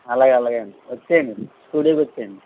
అలగే అలాగేనండి వచ్చేయండి స్టూడియోకి వచ్చేయండి